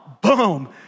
boom